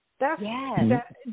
Yes